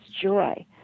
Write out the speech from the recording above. joy